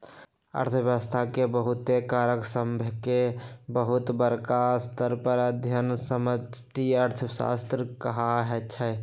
अर्थव्यवस्था के बहुते कारक सभके बहुत बरका स्तर पर अध्ययन समष्टि अर्थशास्त्र कहाइ छै